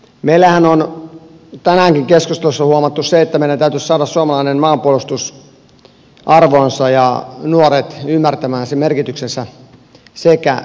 meillähän on tänäänkin keskustelussa huomattu se että meidän täytyisi saada suomalainen maanpuolustus arvoonsa ja nuoret ymmärtämään sen merkitys sekä suorittamaan asevelvollisuus